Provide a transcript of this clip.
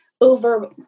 over